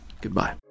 goodbye